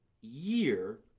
year